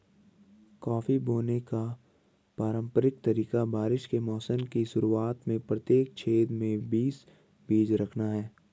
coffee बोने का पारंपरिक तरीका बारिश के मौसम की शुरुआत में प्रत्येक छेद में बीस बीज रखना है